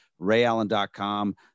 rayallen.com